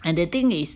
and the thing is